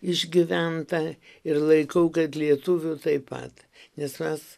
išgyventa ir laikau kad lietuvių taip pat nes mes